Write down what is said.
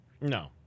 No